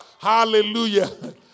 Hallelujah